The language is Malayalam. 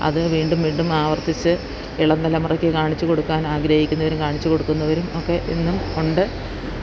അത് വീണ്ടും വീണ്ടും ആവർത്തിച്ച് ഇളം തലമുറക്ക് കാണിച്ച് കൊടുക്കാൻ ആഗ്രഹിക്കുന്നവരും കാണിച്ച് കൊടുക്കുന്നവരും ഒക്കെ ഇന്നും ഉണ്ട്